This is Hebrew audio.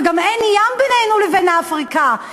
וגם אין ים בינינו לבין אפריקה,